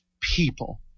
people